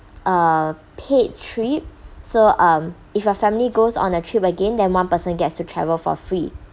uh paid trip so um if your family goes on the trip again then one person gets to travel for free